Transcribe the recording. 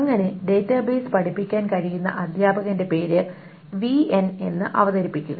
അങ്ങനെ ഡാറ്റാബേസ് പഠിപ്പിക്കാൻ കഴിയുന്ന അധ്യാപകന്റെ പേര് വിഎൻ എന്ന് അവതരിപ്പിക്കുക